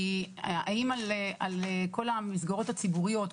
האם על כל המסגרות הציבוריות,